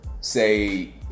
say